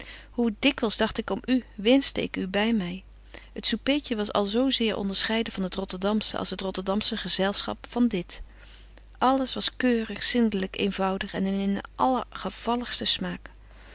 hoe dikwyls dagt ik om u wenschte ik u by my het soupéetje was al zo zeer onderscheiden van het rotterdamsche als t rotterdamsche gezelschap van dit alles was keurig zindelyk eenvoudig en in eenen allergevalligsten smaak